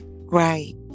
Right